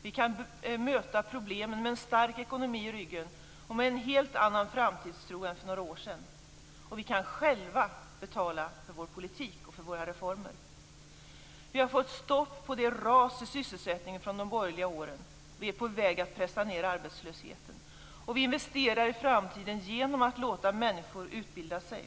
Vi kan möta problemen med en stark ekonomi i ryggen och med en helt annan framtidstro än för några år sedan, och vi kan själva betala för vår politik och för våra reformer. Vi har fått stopp på raset i sysselsättningen från de borgerliga åren, och vi är på väg att pressa ned arbetslösheten. Vi investerar i framtiden genom att låta människor utbilda sig.